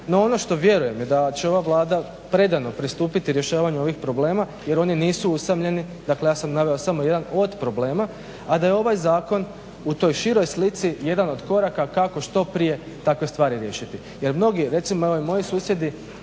No ono što vjerujem je da će ova Vlada predano pristupiti rješavanju ovih problema jer oni nisu usamljeni. Dakle, ja sam naveo samo jedan od problema, a da je ovaj zakon u toj široj slici jedan od koraka kako što prije takve stvari riješiti. Jer mnogi, recimo evo i moji susjedi